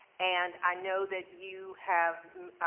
and i know that you have,